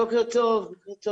בוקר טוב.